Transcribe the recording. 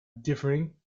differing